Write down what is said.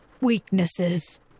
weaknesses